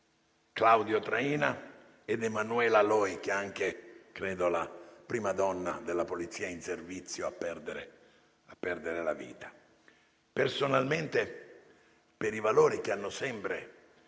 Claudio Traina ed Emanuela Loi, che è anche la prima donna della Polizia a perdere la vita in servizio. Personalmente, per i valori che hanno sempre